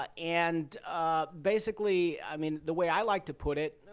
ah and basically, i mean, the way i like to put it,